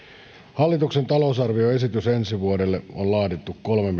hallituksen talousarvioesitys ensi vuodelle on laadittu kolme